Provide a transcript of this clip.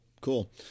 Cool